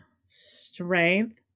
strength